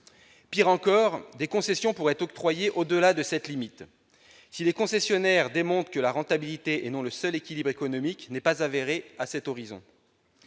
Pis, des concessions pourront être octroyées au-delà de cette limite si les concessionnaires démontrent que la rentabilité, et non le seul équilibre économique, n'est pas avérée à cet horizon.